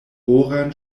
oran